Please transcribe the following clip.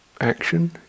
action